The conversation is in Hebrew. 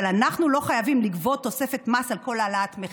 אבל אנחנו לא חייבים לגבות תוספת מס על כל העלאת מחיר.